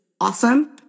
awesome